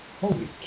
Holy